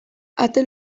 ate